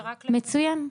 מצוין.